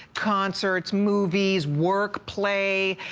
concerts, movie, work, play.